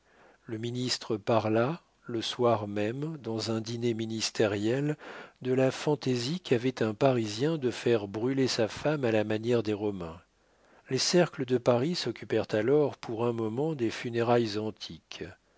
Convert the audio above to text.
le ministre parla le soir même dans un dîner ministériel de la fantaisie qu'avait un parisien de faire brûler sa femme à la manière des romains les cercles de paris s'occupèrent alors pour un moment des funérailles antiques